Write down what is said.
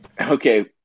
Okay